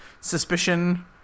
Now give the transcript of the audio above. suspicion